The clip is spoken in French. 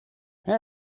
elle